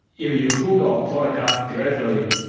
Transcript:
if you google podcast directory,